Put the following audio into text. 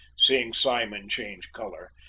seeing simon change colour,